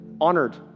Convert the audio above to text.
honored